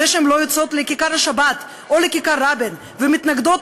זה שהן לא יוצאות לכיכר-השבת או לכיכר-רבין ומתנגדות